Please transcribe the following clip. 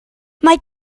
mae